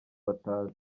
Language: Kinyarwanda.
batazi